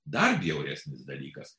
dar bjauresnis dalykas